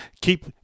keep